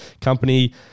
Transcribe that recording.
company